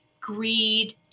Greed